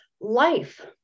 life